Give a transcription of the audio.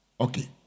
Okay